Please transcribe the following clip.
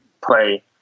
play